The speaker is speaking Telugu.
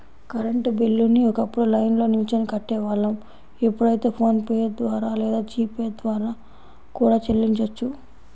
కరెంట్ బిల్లుని ఒకప్పుడు లైన్లో నిల్చొని కట్టేవాళ్ళం ఇప్పుడైతే ఫోన్ పే లేదా జీ పే ద్వారా కూడా చెల్లించొచ్చు